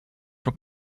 were